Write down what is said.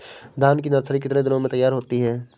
धान की नर्सरी कितने दिनों में तैयार होती है?